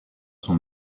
son